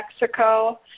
Mexico